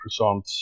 croissants